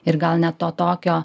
ir gal net to tokio